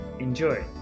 Enjoy